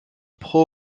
pro